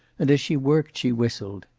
and as she worked she whistled.